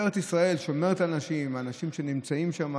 ארץ ישראל שומרת על האנשים, האנשים שנמצאים שם